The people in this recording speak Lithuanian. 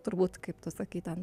turbūt kaip tu sakai ten